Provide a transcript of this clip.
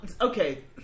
okay